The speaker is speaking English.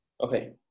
Okay